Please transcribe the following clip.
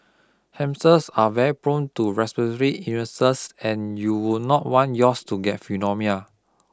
hamsters are very prone to respiratory illnesses and you would not want yours to get pneumonia